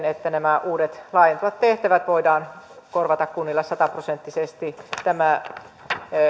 että nämä uudet laajentuvat tehtävät voidaan korvata kunnille sataprosenttisesti tämä